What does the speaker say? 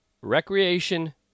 recreation